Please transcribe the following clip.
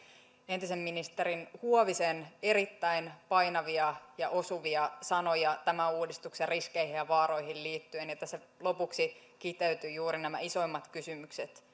entisen ministerin huovisen erittäin painavia ja osuvia sanoja tämän uudistuksen riskeihin ja vaaroihin liittyen tässä lopuksi kiteytyivät juuri nämä isoimmat kysymykset